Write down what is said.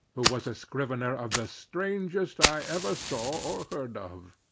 who was a scrivener of the strangest i ever saw or heard of.